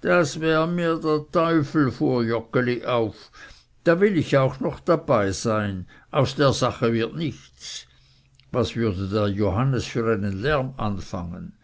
das wäre mir der teufel fuhr joggeli auf da will ich auch noch dabeisein aus der sache wird nichts was würde der johannes für einen lärm anfangen